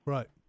Right